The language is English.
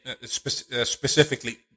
specifically